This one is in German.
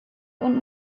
und